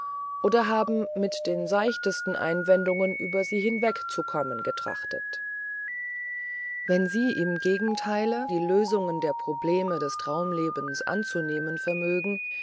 oder haben mit den seichtesten einwendungen über sie hinwegzukommen getrachtet wenn sie im gegenteile die lösungen der probleme des traumlebens anzunehmen vermögen